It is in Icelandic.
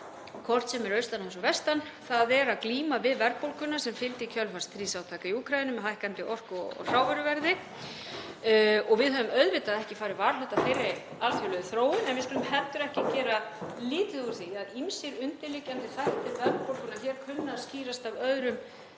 hvort sem er austan hafs eða vestan, þ.e. að glíma við verðbólguna sem fylgdi í kjölfar stríðsátaka í Úkraínu með hækkandi orku- og hrávöruverði og við höfum auðvitað ekki farið varhluta af þeirri alþjóðlegu þróun. En við skulum heldur ekki gera lítið úr því að ýmsir undirliggjandi þættir verðbólgunnar hér kunni að skýrast af öðrum